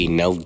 no